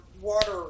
water